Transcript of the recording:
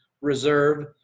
reserve